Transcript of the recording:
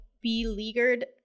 beleaguered